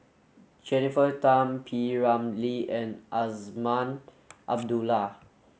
Jennifer Tham P Ramlee and Azman Abdullah